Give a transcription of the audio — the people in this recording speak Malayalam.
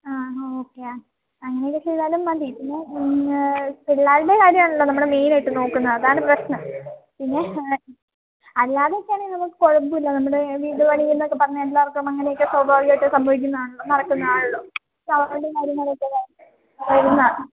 ആ ഓ ഓക്കെ ആഹ് അങ്ങനെയൊക്കെ ചെയ്താലും മതി പിന്നെ പിള്ളേരുടെ കാര്യം ആണല്ലോ നമ്മൾ മെയിനായിട്ടും നോക്കുന്നത് അതാണ് പ്രശ്നം പിന്നെ അല്ലാതെ ഇപ്പം എന്നാ നമുക്ക് കുഴപ്പം ഇല്ല നമ്മുടെ വീട് പണിയെന്നൊക്കെ പറഞ്ഞാൽ എല്ലാവര്ക്കും അങ്ങനെയൊക്കെ സ്വാഭാവികമായിട്ടും സംഭവിക്കുന്നതാണല്ലോ നടക്കുന്നതാണല്ലോ